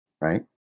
right